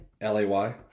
L-A-Y